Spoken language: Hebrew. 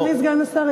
אדוני סגן השר,